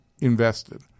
invested—